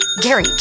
Gary